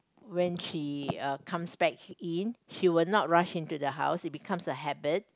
when she uh comes back in she will not rush in to the house it becomes a habit